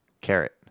carrot